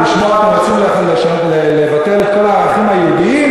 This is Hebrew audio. ובשמו אתם רוצים לבטל את כל הערכים היהודיים.